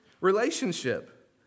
relationship